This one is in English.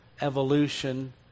evolution